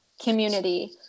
community